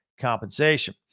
compensation